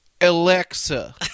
Alexa